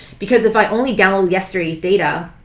because if i only download yesterday's data,